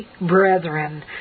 brethren